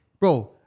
Bro